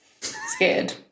scared